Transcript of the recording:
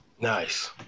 nice